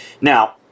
Now